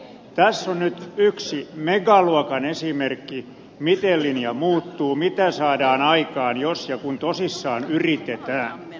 tässä on nyt yksi megaluokan esimerkki siitä miten linja muuttuu mitä saadaan aikaan jos ja kun tosissaan yritetään